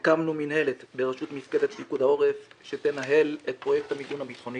הקמנו מינהלת בראשות מפקדת פיקוד העורף שתנהל את פרויקט המיגון הביטחוני